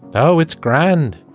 oh, it's grand.